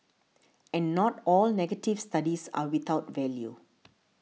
and not all negative studies are without value